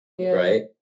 Right